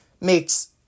makes